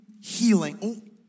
healing